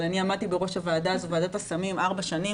אני עמדתי בראש וועדת הסמים ארבע שנים,